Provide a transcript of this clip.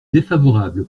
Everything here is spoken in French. défavorable